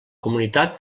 comunitat